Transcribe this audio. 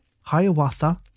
Hiawatha